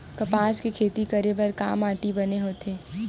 कपास के खेती करे बर का माटी बने होथे?